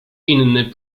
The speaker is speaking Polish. inny